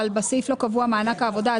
אבל בסעיף לא קבוע מענק העבודה,